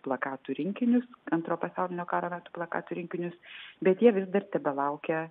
plakatų rinkinius antro pasaulinio karo plakatų rinkinius bet jie vis dar tebelaukia